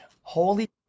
holy